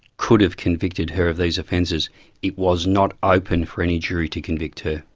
could have convicted her of these offences it was not open for any jury to convict her.